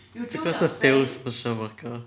这个是 fails social worker